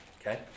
Okay